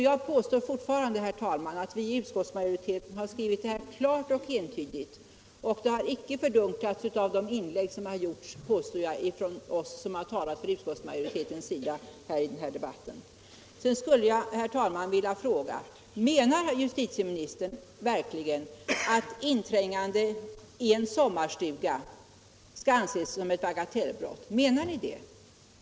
Jag påstår därför fortfarande, herr talman, att vi inom utskottsmajoriteten här har skrivit det klart och entydigt, och det har icke fördunklats av de inlägg som i debatten har gjorts av oss som talat för utskottsmajoritetens förslag. Sedan skulle jag, herr talman, vilja fråga: Menar herr justitieministern verkligen att inträngande i en sommarstuga skall anses vara ett bagatellbrott? Menar ni det?